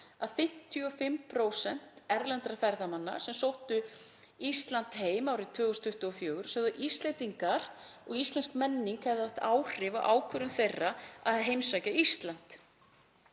um 55% erlendra ferðamanna sem sóttu Ísland heim árið 2022 sögðu að Íslendingar og íslensk menning hefði haft áhrif á ákvörðun þeirra að heimsækja Ísland.